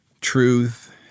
truth